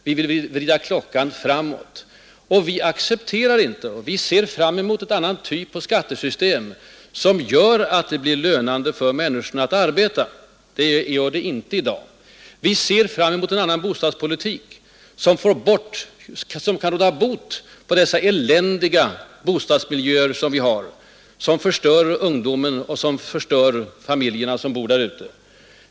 Vi vill vrida klockan framåt Vi ser fram mot en annan typ av skattesystem, som gör att det blir lönande för människor att arbeta. Det är det inte i dag. Vi ser också fram mot en annan bostadspolitik, som kan råda bot på de eländiga bostadsmiljöer vi har och vilka förstör ungdomen och familjerna som bor där.